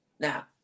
Now